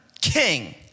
king